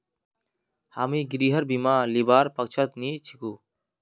हामी गृहर बीमा लीबार पक्षत नी छिकु